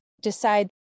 decide